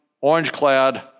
orange-clad